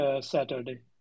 Saturday